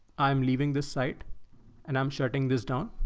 i'm leaving this site and i'm shutting this down.